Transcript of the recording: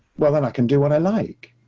well, then i can do what i like.